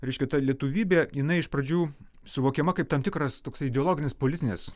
reiškia ta lietuvybė jinai iš pradžių suvokiama kaip tam tikras toksai ideologinis politinis